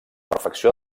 perfecció